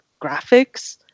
graphics